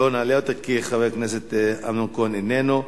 לא נעלה אותה כי חבר הכנסת אמנון כהן איננו.